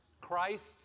Christ